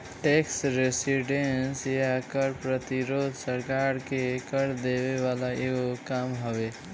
tax resistance या कर प्रतिरोध सरकार के कर देवे वाला एगो काम हवे